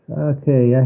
Okay